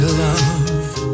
love